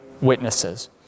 witnesses